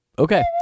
Okay